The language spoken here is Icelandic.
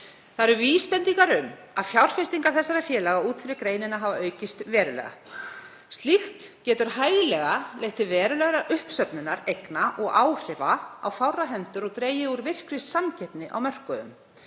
Uppi eru vísbendingar um að fjárfestingar þessara félaga út fyrir greinina hafi aukist verulega. Slíkt getur hæglega leitt til verulegrar uppsöfnunar eigna og áhrifa á fárra hendur og dregið úr virkri samkeppni á mörkuðum.